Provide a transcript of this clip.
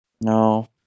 No